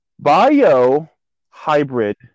Bio-hybrid